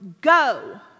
Go